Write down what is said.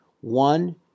one